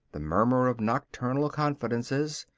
the murmur of nocturnal confidences,